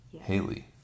Haley